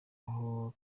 aho